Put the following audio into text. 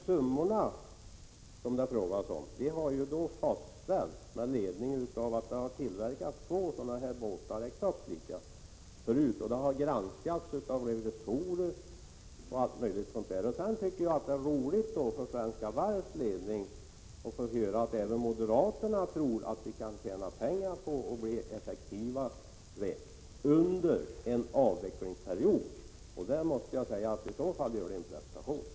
Summorna som det frågas om har fastställts med ledning av att det tillverkats två exakt likadana båtar förut. Siffrorna har granskats av bl.a. revisorer. Sedan tycker jag att det är roligt för Svenska Varvs ledning att få höra att även moderaterna tror att vi kan tjäna pengar och att verksamheten kan bli effektivare under en avvecklingsperiod. I så fall måste jag säga att det är en prestation.